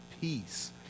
peace